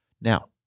Now